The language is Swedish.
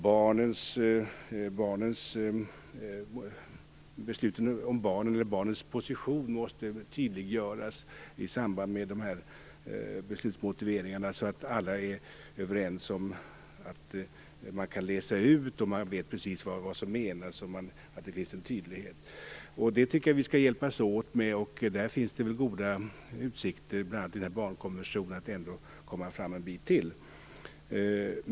Barnens position när det gäller beslut som rör barn måste tydliggöras i samband med dessa beslutsmotiveringar, så att alla är överens om att man kan läsa ut vad som menas. Det måste vara tydligt. Det tycker jag att vi skall hjälpas åt med, och där finns det väl goda utsikter bl.a. i barnkonventionen att komma fram en bit till.